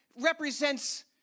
represents